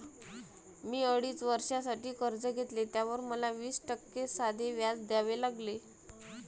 मी अडीच वर्षांसाठी कर्ज घेतले, त्यावर मला वीस टक्के साधे व्याज द्यावे लागले